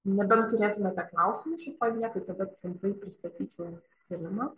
nebent turėtumėte klausimų šitoj vietoj tada trumpai pristatyčiau tyrimą